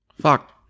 Fuck